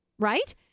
Right